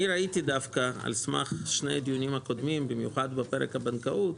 אני ראיתי דווקא על סמך שני דיונים הקודמים במיוחד בפרק הבנקאות,